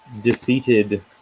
defeated